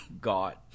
God